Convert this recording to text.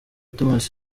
thomas